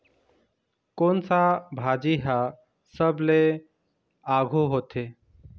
कोन सा भाजी हा सबले आघु होथे?